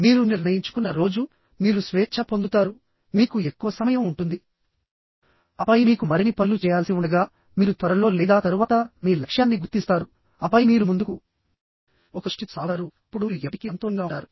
మీరు నిర్ణయించుకున్న రోజు మీరు స్వేచ్ఛ పొందుతారు మీకు ఎక్కువ సమయం ఉంటుంది ఆపై మీకు మరిన్ని పనులు చేయాల్సి ఉండగా మీరు త్వరలో లేదా తరువాత మీ లక్ష్యాన్ని గుర్తిస్తారు ఆపై మీరు ముందుకు ఒక దృష్టితో సాగుతారు అప్పుడు మీరు ఎప్పటికీ సంతోషంగా ఉంటారు